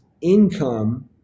income